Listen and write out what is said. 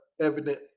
evident